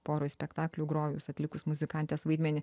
poroj spektaklių grojus atlikus muzikantės vaidmenį